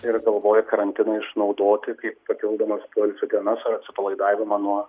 ir galvoja karantiną išnaudoti kaip papildomas poilsio dienas ar atsipalaidavimą nuo